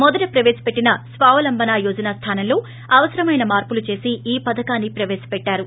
మొదట ప్రవేశపెట్టిన స్వావలంభన యోజన స్లానంలో అవసరమైన మార్పులు చేసి ఈ పథకాన్ని ప్రవేశపెట్టారు